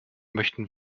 möchten